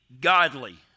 godly